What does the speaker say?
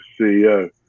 CEO